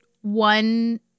one